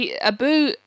Abu